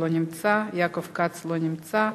לא נמצא,